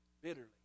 Bitterly